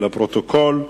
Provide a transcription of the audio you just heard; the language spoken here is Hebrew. לפרוטוקול.